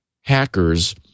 hackers